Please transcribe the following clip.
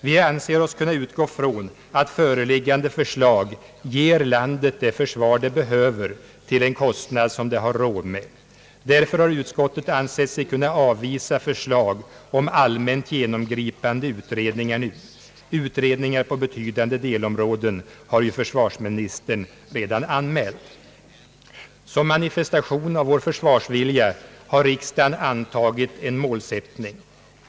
Vi anser oss kunna utgå ifrån att föreliggande förslag ger landet det försvar det behöver till den kostnad som det har råd med. Därför har utskottet nu ansett sig kunna avvisa förslag om allmänt genomgripande utredningar. Utredningar på betydande delområden har ju försvarsministern redan anmält. Som manifestation av vår försvarsvilja har riksdagen antagit en målsättning.